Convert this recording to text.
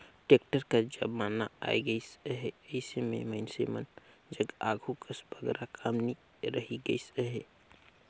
tractor कर जमाना आए गइस अहे, अइसे मे ए मइनसे मन जग आघु कस बगरा काम नी रहि गइस अहे